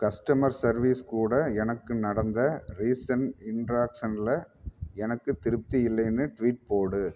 customer service கூட எனக்கு நடந்த ரீசண்ட் இண்ட்ராக்ஷனில் எனக்கு திருப்தி இல்லைன்னு ட்வீட் போடு